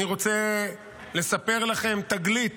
אני רוצה לספר לכם תגלית